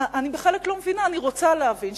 אני בחלק לא מבינה, אני רוצה להבין.